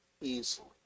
easily